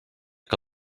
que